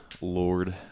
Lord